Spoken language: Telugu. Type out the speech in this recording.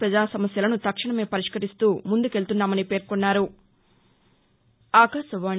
ప్రజా సమస్యలను తక్షణమే పరిష్కరిస్తూ ముందు కెళ్తున్నామని పేర్కొన్నారు